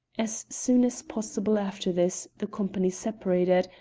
as soon as possible after this the company separated,